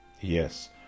Yes